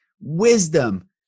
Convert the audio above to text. wisdom